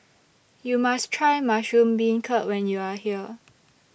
YOU must Try Mushroom Beancurd when YOU Are here